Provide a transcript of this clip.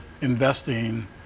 investing